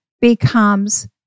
becomes